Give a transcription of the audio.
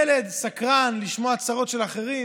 ילד סקרן לשמוע צרות של אחרים,